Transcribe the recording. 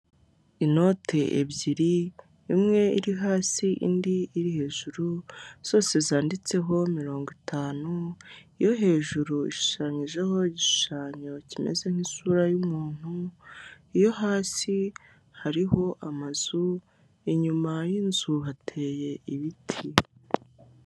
Inoti ebyiri imwe iri hasi indi iri hejuru zose zanditseho mirongo itanu, iyo hejuru ishushanyijeho igishushanyo kimeze nk'isura y'umuntu, iyo hasi hariho amazu inyuma y'inzu hateye ibiti.